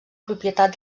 propietat